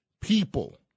people